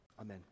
amen